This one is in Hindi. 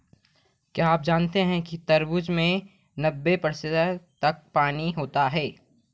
क्या आप जानते हैं कि खरबूजे में नब्बे प्रतिशत तक पानी होता है